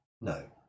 No